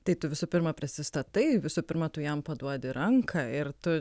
tai tu visų pirma prisistatai visų pirma tu jam paduodi ranką ir tu